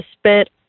spent